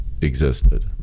existed